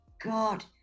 God